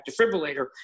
defibrillator